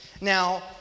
Now